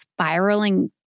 spiraling